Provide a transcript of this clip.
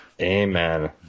Amen